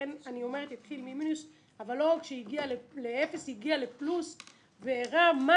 לכן אני אומרת התחיל ממינוס והגיע לפלוס והראה מה